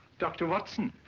doctor watson,